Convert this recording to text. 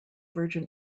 virgin